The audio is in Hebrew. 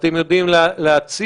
אתם יודעים להציע,